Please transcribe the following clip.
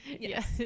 Yes